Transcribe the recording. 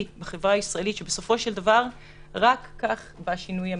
בחברה הישראלית שבסופו של דבר רק כך בא שינוי אמיתי.